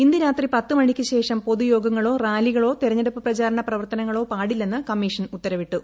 ഇന്ന് രാത്രി പത്തുമണിയ്ക്ക് ശേഷം പൊതുയോഗങ്ങളോ റാലികളോ തിരഞ്ഞെടുപ്പ് പ്രചാരണപ്രവർത്തനങ്ങളോ പാടില്ലെന്ന് കമ്മീഷൻ ഉത്തരവിട്ടു